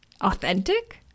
authentic